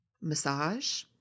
massage